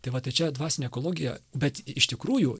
tai va tai čia dvasinė ekologija bet iš tikrųjų